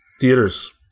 Theaters